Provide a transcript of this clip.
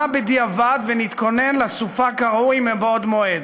בדיעבד ונתכונן לסופה כראוי מבעוד מועד.